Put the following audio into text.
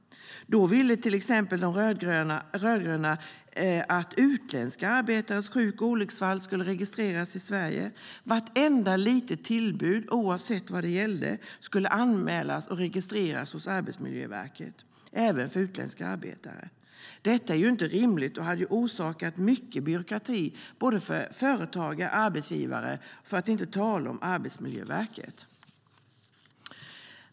Då ville de rödgröna till exempel att utländska arbetares sjuk och olycksfall skulle registreras i Sverige. Vartenda litet tillbud, oavsett vad det gällde, skulle anmälas och registreras hos Arbetsmiljöverket, även för utländska arbetare. Detta är inte rimligt och hade orsakat mycket byråkrati, både för företagare och arbetsgivare, för att inte tala om Arbetsmiljöverket.